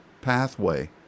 pathway